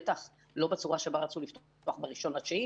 בטח לא בצורה שבה רצו לפתוח בראשון בספטמבר.